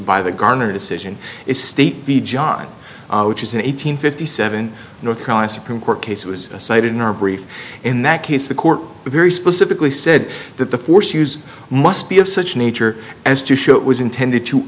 by the garner decision is state v john which is an eight hundred fifty seven north carolina supreme court case was cited in our brief in that case the court very specifically said that the force used must be of such nature as to show it was intended to